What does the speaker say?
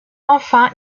enfin